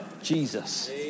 Jesus